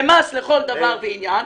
כמס לכל דבר ועניין.